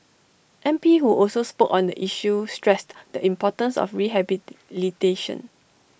M P who also spoke on the issue stressed the importance of rehabilitation